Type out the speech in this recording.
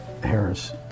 Harris